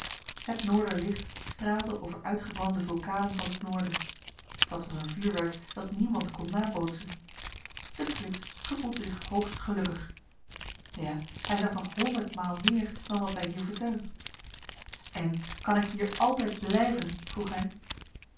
het noorderlicht straalde over uitgebrande vulkanen van het noorden dat was een vuurwerk dat niemand kon nabootsen de prins gevoelde zich hoogst gelukkig ja hij zag nog honderdmaal meer dan wat wij hier vertellen en kan ik hier altijd blijven vroeg